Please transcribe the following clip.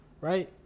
right